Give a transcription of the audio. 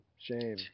shame